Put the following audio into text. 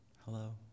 Hello